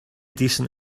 decent